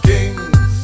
Kings